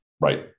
Right